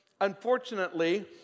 unfortunately